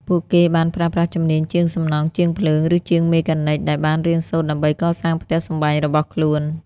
ពួកគេបានប្រើប្រាស់ជំនាញជាងសំណង់ ជាងភ្លើង ឬជាងមេកានិកដែលបានរៀនសូត្រដើម្បីកសាងផ្ទះសម្បែងរបស់ខ្លួន។